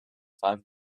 five